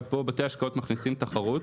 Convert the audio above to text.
אבל פה בתי השקעות מכניסים תחרות.